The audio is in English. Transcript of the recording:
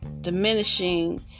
diminishing